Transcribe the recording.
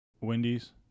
Wendy's